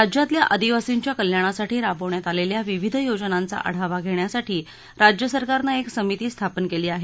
राज्यातल्या आदिवासींच्या कल्याणासाठी राबवण्यात आलेल्या विविध योजनांचा आढावा घेण्यासाठी राज्य सरकारनं एक समिती स्थापन केली आहे